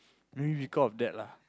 maybe because of that lah